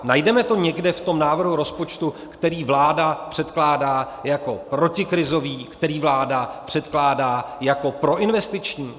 Najdeme to někde v tom návrhu rozpočtu, který vláda předkládá jako protikrizový, který vláda předkládá jako proinvestiční?